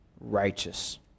righteous